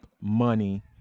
money